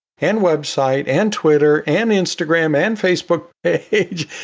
and website and twitter and instagram and facebook page.